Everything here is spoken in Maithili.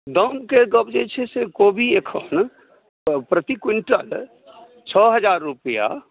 दाम के गप जे छै से कोबी एखन तऽ प्रति क़्विन्टल छओ हजार रुपैआ